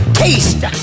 taste